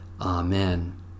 Amen